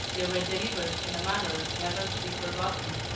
they were delivered in a manner never to be forgotten.